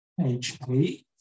HP